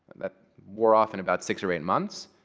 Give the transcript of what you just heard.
that wore off in about six or eight months.